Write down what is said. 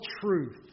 truth